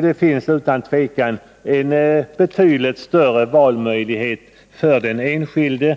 Det finns utan tvivel betydligt större valmöjligheter för den enskilde